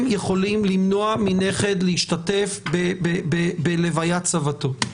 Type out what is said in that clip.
יכולים למנוע מנכד להשתתף בלוויית סבתו?